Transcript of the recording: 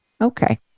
okay